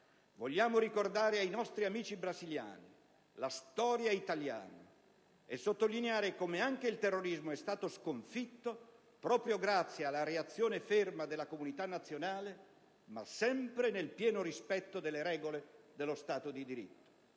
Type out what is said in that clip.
Vogliamo ricordare ai nostri amici brasiliani la storia italiana e sottolineare come anche il terrorismo è stato sconfitto proprio grazie alla reazione ferma della comunità nazionale, ma sempre nel pieno rispetto delle regole dello Stato di diritto.